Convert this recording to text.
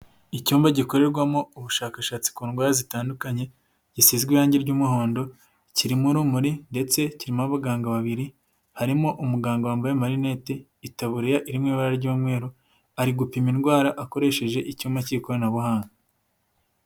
Icyumba gikorerwamo ubushakashatsi ku ndwara zitandukanye, gisizwe irangi ry'umuhondo. Kirimo urumuri ndetse kirimo abaganga babiri. Harimo umuganga wambaye amarinete, itaburiya iri mu ibara ry'umweru, ari gupima indwara akoresheje icyuma cy'ikoranabuhanga.